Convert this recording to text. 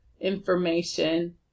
information